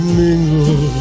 mingle